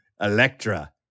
Electra